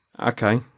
Okay